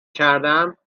کردم